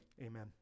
amen